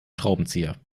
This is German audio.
schraubenzieher